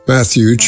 Matthew